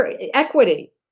equity